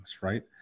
right